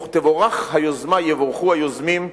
תבורך היוזמה, יבורכו היוזמים.